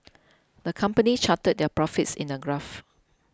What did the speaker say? the company charted their profits in a graph